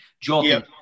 Jordan